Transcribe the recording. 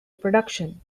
production